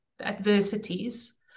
adversities